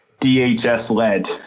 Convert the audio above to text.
DHS-led